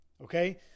Okay